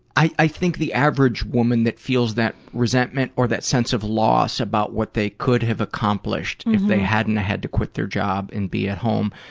i, i, think the average woman that feels that resentment or that sense of loss about what they could have accomplished if they hadn't have had to quit their job and be at home,